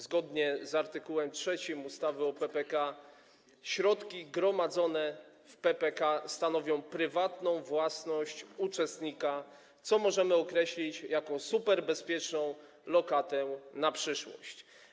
Zgodnie z art. 3 ustawy o PPK środki gromadzone w PPK stanowią prywatną własność uczestnika, co możemy określić jako superbezpieczną lokatę na przyszłość.